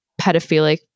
pedophilic